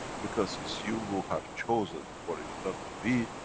because it's you who have chosen for it not to be,